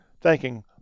thanking